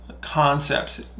concepts